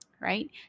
Right